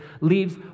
leaves